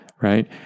right